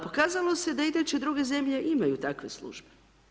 Pokazalo se da inače druge zemlje imaju takve službe.